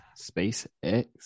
SpaceX